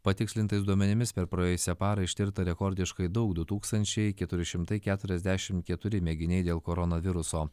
patikslintais duomenimis per praėjusią parą ištirta rekordiškai daug du tūkstančiai keturi šimtai keturiasdešimt keturi mėginiai dėl koronaviruso